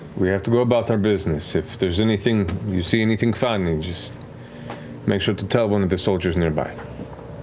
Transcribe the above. we have to go about our business. if there's anything you see anything funny, just make sure to tell one of the soldiers nearby.